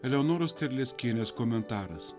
eleonoros terleckienės komentaras